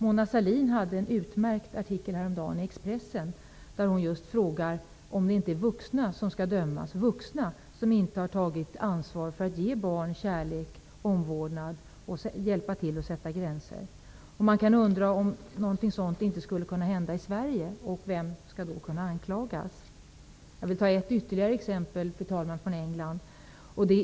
Mona Sahlin hade en utmärkt artikel häromdagen i Expressen, där hon just frågar om det inte är vuxna som skall dömas, vuxna som inte har tagit ansvar för att ge barn kärlek och omvårdnad, som inte har hjälpt till att sätta gränser. Man kan undra om något sådant skulle kunna hända i Sverige och vem som då skall kunna anklagas. Jag vill ta ytterligare ett exempel från England, fru talman.